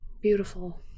beautiful